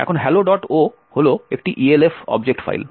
এখন helloo হল একটি ELF অবজেক্ট ফাইল